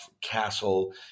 castle